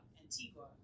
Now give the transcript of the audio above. antigua